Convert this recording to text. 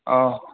औ